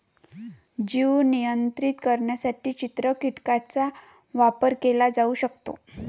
जीव नियंत्रित करण्यासाठी चित्र कीटकांचा वापर केला जाऊ शकतो